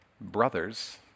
brothers